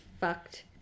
fucked